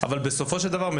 אבל בסופו של דבר,